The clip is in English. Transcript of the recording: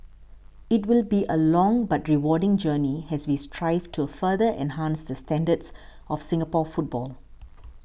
it will be a long but rewarding journey as we strive to further enhance the standards of Singapore football